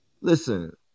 Listen